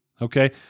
Okay